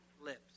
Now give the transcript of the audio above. lips